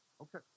Okay